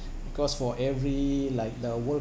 because for every like the world